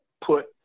put